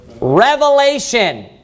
Revelation